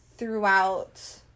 throughout